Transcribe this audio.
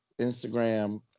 Instagram